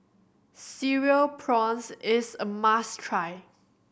Cereal Prawns is a must try